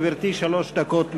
גברתי, שלוש דקות לרשותך.